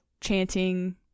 chanting